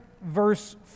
verse